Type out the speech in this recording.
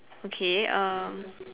okay uh